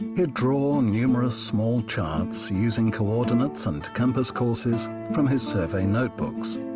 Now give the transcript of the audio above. he'd draw numerous small charts, using coordinates and compass courses from his survey notebooks.